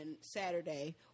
Saturday